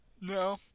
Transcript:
No